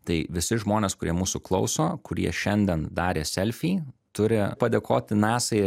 tai visi žmonės kurie mūsų klauso kurie šiandien darė selfį turi padėkoti nasai